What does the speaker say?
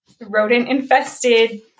rodent-infested